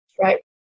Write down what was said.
right